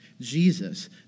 Jesus